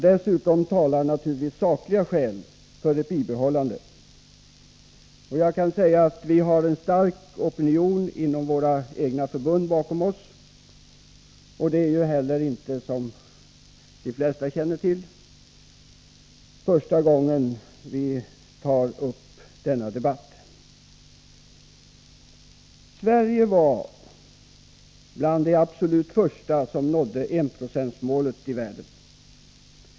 Dessutom talar naturligtvis sakliga skäl för ett bibehållande. Jag kan säga att vi har en stark opinion inom våra egna förbund bakom oss. Det är inte heller, som de flesta känner till, första gången som vi aktualiserar denna debatt. Sverige var bland de absolut första i världen som nådde enprocentsmålet.